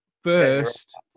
first